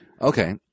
Okay